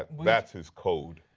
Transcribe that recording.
that's his code.